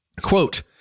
Quote